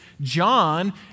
John